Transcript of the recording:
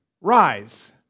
Rise